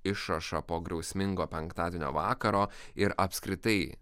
išrašą po griausmingo penktadienio vakaro ir apskritai